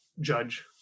judge